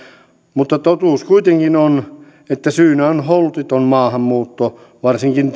mutta totuus kuitenkin on että syynä on holtiton maahanmuutto varsinkin